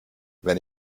wenn